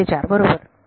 दोन ते चार बरोबर